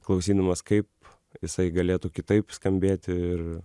klausydamas kaip jisai galėtų kitaip skambėti ir